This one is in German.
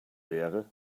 wäre